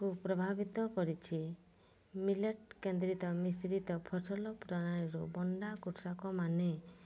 ଓ ପ୍ରଭାବିତ କରିଛି ମିଲେଟ୍ କେନ୍ଦ୍ରିତ ମିଶ୍ରିତ ଫସଲ ପ୍ରଣାଳୀରୁ ବଣ୍ଡା କୃଷକମାନେ